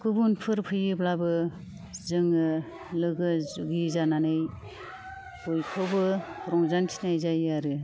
गुबुनफोर फैयोब्लाबो जोङो लोगो जुगि जानानै बयखौबो रंजानो थिननाय जायो आरो